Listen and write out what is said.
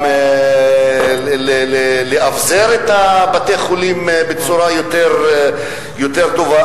גם לאבזר את בתי-החולים בצורה יותר טובה.